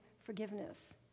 forgiveness